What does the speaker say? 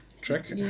trick